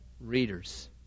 readers